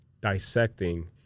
dissecting